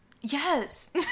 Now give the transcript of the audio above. Yes